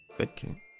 Okay